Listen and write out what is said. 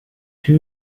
toe